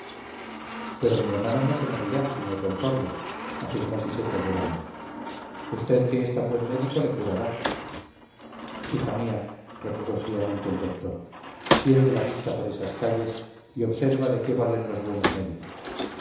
pero mi hermano no se morirá señor don pablo afirmó siseta llorando usted que es tan buen médico le curará hija mía repuso fríamente el doctor tiende la vista por esas calles y observa de qué valen los buenos médicos